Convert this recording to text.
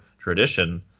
tradition